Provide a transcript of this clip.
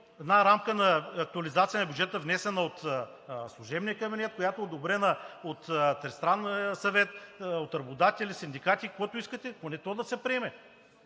една рамка на актуализация на бюджета, внесена от служебния кабинет, която е одобрена от Тристранния съвет, от работодателите, от синдикатите и от когото искате, но поне тя да се приеме.